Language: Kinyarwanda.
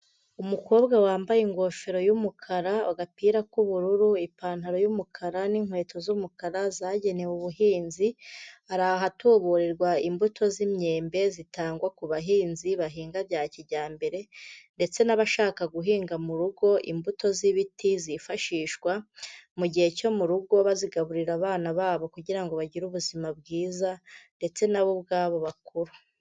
Umukobwa wambaye ingofero y'umukara, agapira k'ubururu, ipantaro y'umukara, n'inkweto z'umukara zagenewe ubuhinzi, ari ahatuburirwa imbuto z'imyembe zitangwa ku bahinzi bahinga bya kijyambere, ndetse n'abashaka guhinga mu rugo imbuto z'ibiti zifashishwa mu gihe cyo mu rugo bazigaburira abana babo kugira bagire ubuzima bwiza, ndetse na bo ubwabo bakure.